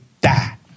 die